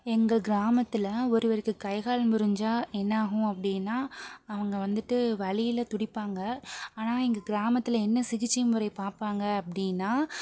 எங்கள் கிராமத்தில் ஒருவருக்கு கைகால் முறிஞ்சால் என்னாகும் அப்படினா அவங்க வந்துட்டு வலியில துடிப்பாங்க ஆனால் எங்கள் கிராமத்தில என்ன சிகிச்சை முறை பார்ப்பாங்க அப்படீனா